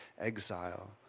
exile